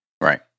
Right